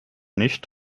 nicht